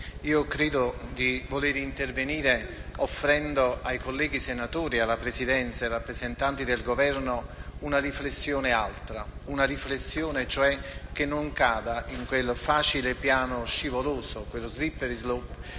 desidero intervenire offrendo ai colleghi senatori, alla Presidenza e ai rappresentanti del Governo, una riflessione diversa, una riflessione, cioè, che non cada in quel facile piano scivoloso, in quello *slippery slope*,